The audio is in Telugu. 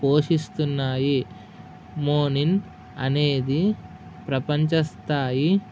పోషిస్తున్నాయి మోనిన్ అనేది ప్రపంచస్థాయి